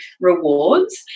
rewards